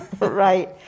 Right